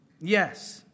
Yes